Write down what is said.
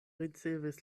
ricevis